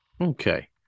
Okay